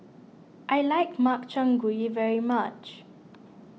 I like Makchang Gui very much